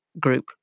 group